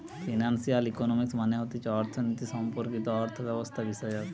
financial economics মানে হতিছে অর্থনীতি সম্পর্কিত অর্থব্যবস্থাবিষয়ক